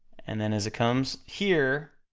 and then as it comes here,